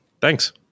Thanks